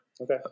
Okay